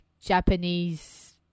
Japanese